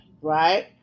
right